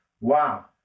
Wow